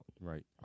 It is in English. Right